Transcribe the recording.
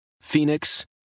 Phoenix